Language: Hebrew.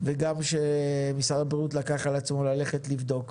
חבל על המילים.